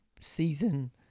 season